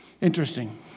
Interesting